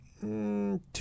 two